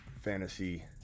Fantasy